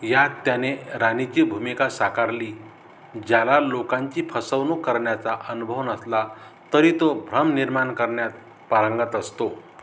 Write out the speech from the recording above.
यात त्याने राणीची भूमिका साकारली ज्याला लोकांची फसवणूक करण्याचा अनुभव नसला तरी तो भ्रम निर्माण करण्यात पारंगत असतो